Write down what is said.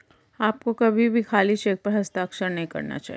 आपको कभी भी खाली चेक पर हस्ताक्षर नहीं करना चाहिए